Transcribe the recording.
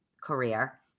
career